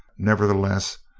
nevertheless,